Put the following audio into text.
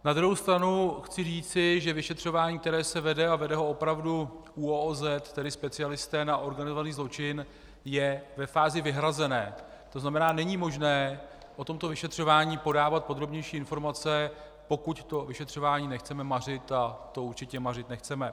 Na druhou stranu chci říci, že vyšetřování, které se vede, a vede ho opravdu ÚOOZ, tedy specialisté na organizovaný zločin, je ve fázi vyhrazené, tzn. není možné o tomto vyšetřování podávat podrobnější informace, pokud vyšetřování nechceme mařit, a to určitě mařit nechceme.